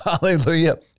Hallelujah